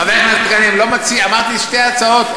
אמרתי שתי הצעות,